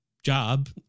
Job